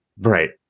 Right